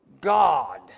God